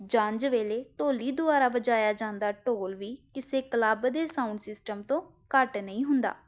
ਜੰਝ ਵੇਲੇ ਢੋਲੀ ਦੁਆਰਾ ਵਜਾਇਆ ਜਾਂਦਾ ਢੋਲ ਵੀ ਕਿਸੇ ਕਲੱਬ ਦੇ ਸਾਊਂਡ ਸਿਸਟਮ ਤੋਂ ਘੱਟ ਨਹੀਂ ਹੁੰਦਾ